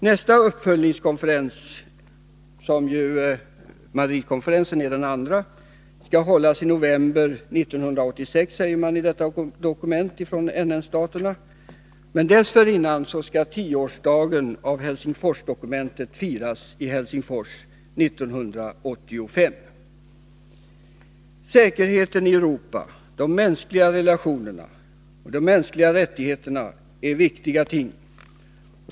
Nästa uppföljningskonferens — Madridkonferensen är ju den andra — skall enligt detta dokument från NN-staterna hållas i november 1986, men dessförinnan skall tioårsdagen för Helsingforsdokumentet firas i Helsingfors 1985. Säkerheten i Europa, de mänskliga relationerna och de mänskliga rättigheterna är viktiga ting.